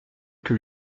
que